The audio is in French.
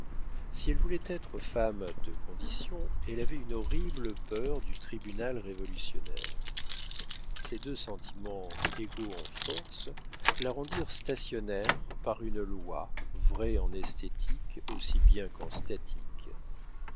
si elle voulait être femme de condition elle avait une horrible peur du tribunal révolutionnaire ces deux sentiments égaux en force la rendirent stationnaire par une loi vraie en esthétique aussi bien qu'en